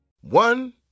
One